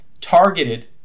targeted